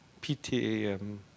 PTAM